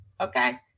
Okay